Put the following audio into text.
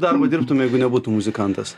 darbą dirbtum jeigu nebūtum muzikantas